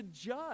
judge